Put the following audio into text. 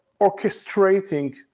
orchestrating